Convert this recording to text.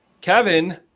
Kevin